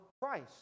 Christ